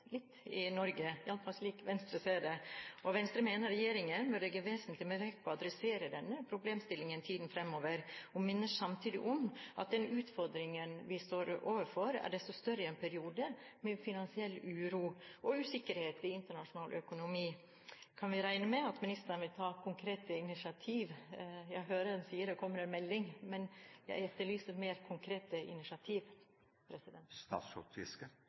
i Norge, i alle fall slik Venstre ser det. Venstre mener regjeringen bør legge vesentlig mer vekt på å adressere denne problemstillingen i tiden framover, og minner samtidig om at den utfordringen vi står overfor, er desto større i en periode med finansiell uro og usikkerhet i internasjonal økonomi. Kan vi regne med at ministeren vil ta konkrete initiativ? Jeg hører han sier det kommer en melding, men jeg etterlyser mer konkrete initiativ.